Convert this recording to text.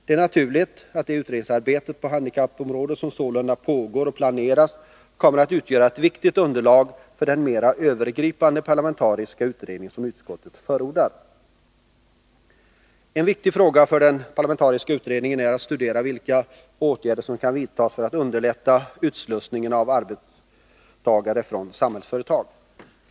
Det är naturligt att det utredningsarbete på handikappområdet som sålunda pågår och planeras kommer att utgöra ett viktigt underlag för den mera övergripande parlamentariska utredning som utskottet förordar. En viktig fråga för den parlamentariska utredningen är att studera vilka åtgärder som kan vidtas för att underlätta utslussningen av arbetstagare från Samhällsföretag.